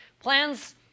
plans